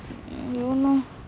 don't know